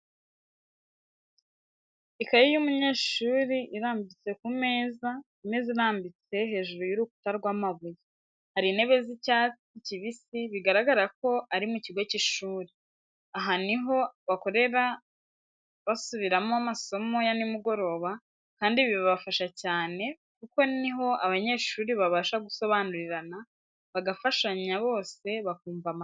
Ikayi y'umunyeshuri irambitse ku meza, imeza irambitse hejuru y'urukuta rw'amabuye, hari intebe z'icyatsi kibisi bigaragara ko ari mu kigo cy'ishuri. Aha ni aho bakorera basubiramo amasomo ya nimugoroba kandi ibi birafasha cyane kuko niho abanyeshuri babasha gusobanurirana, bagafashanya bose bakumva amasomo.